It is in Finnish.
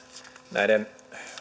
näiden